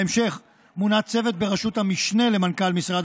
בהמשך מונה צוות בראשות המשנה למנכ"ל משרד